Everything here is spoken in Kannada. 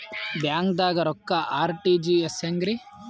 ಬ್ಯಾಂಕ್ದಾಗ ರೊಕ್ಕ ಆರ್.ಟಿ.ಜಿ.ಎಸ್ ಹೆಂಗ್ರಿ?